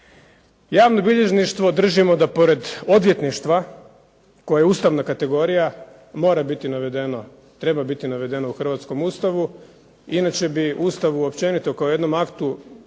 Javno bilježništvo držimo da pored odvjetništva koje je Ustavna kategorija mora biti navedeno u Hrvatskom ustavu, inače bi Ustavu općenito kao jednome aktu